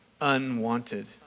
unwanted